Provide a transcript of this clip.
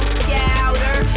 scouter